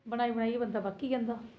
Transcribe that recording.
बनाई बनाई बंदा पक्की जंदा